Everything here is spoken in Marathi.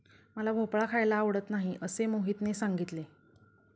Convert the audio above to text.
मला भोपळा खायला आवडत नाही असे मोहितने सांगितले